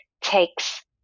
takes